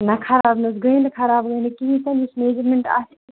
نہ خراب نہٕ حظ گٔے نہٕ خراب گٔے نہٕ کِہیٖنۍ تہِ نہٕ یُس میجَرمٮ۪نٛٹ آسہِ